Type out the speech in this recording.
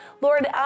Lord